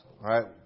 right